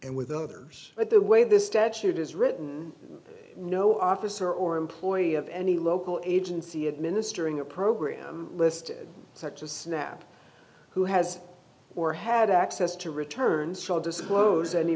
and with others but the way this statute is written no officer or employee of any local agency administering a program listed such a snap who has or had access to return subdisciplines any